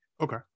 Okay